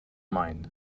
mind